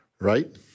Right